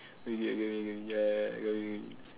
I got what you mean